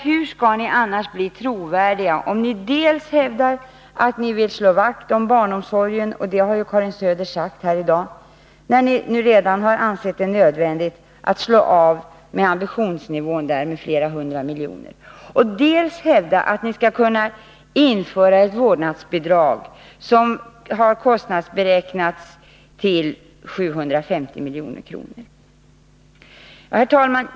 Hur skall ni annars bli trovärdiga, om ni hävdar dels att ni vill slå vakt om barnomsorgen — det har Karin Söder sagt i dag — trots att ni redan har ansett det nödvändigt att sänka ambitionsnivån med flera hundra miljoner kronor, dels att ni skall kunna införa ett vårdnadsbidrag som har kostnadsberäknats till 750 milj.kr. Herr talman!